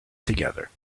together